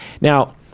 Now